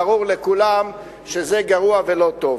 ברור לכולם שזה גרוע ולא טוב.